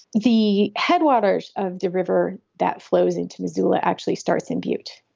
the headwaters of the river that flows into missoula actually starts in butte.